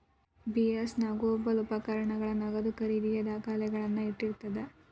BS negotiable ಉಪಕರಣಗಳ ನಗದು ಖರೇದಿಯ ದಾಖಲೆಗಳನ್ನ ಇಟ್ಟಿರ್ತದ